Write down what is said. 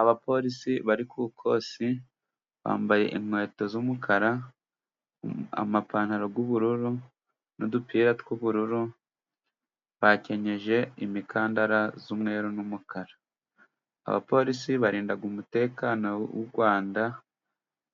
Abapolisi bari ku kosi, bambaye inkweto z'umukara, amapantaro y'ubururu n'udupira tw'ubururu, bakenyeje imikandara y'umweru n'umukara. Abapolisi barinda umutekano w'u Rwanda